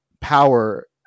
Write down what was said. power